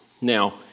Now